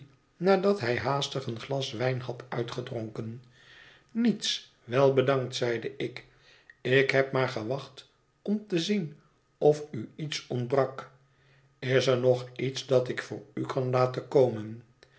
nadat hij haastig een glas wijn had uitgedronken niets wel bedankt zeide ik ik heb maar gewacht om te zien of u iets ontbrak is er nog iets dat ik voor u kan laten komen